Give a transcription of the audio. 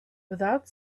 without